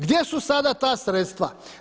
Gdje su sada ta sredstva?